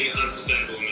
sustainable.